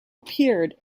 appeared